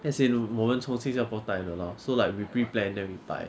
as in 我们从新加坡带的 lor so like we preplanned then we buy